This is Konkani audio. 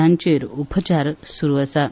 तांचेर उपचार स्रु आसात